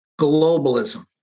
globalism